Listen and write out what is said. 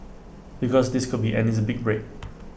because this could be Andy's big break